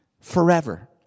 forever